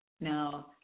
now